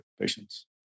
patients